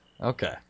Okay